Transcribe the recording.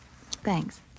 Thanks